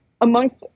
amongst